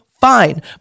fine